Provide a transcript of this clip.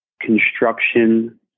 construction